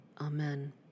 Amen